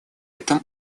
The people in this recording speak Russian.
этом